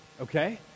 okay